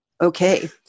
Okay